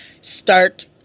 start